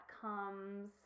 comes